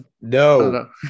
No